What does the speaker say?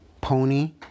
pony